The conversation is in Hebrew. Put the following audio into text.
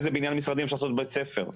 באיזה בניין משרדי אפשר לעשות בית ספר?